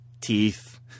teeth